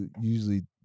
usually